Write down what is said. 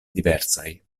diversaj